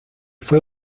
fue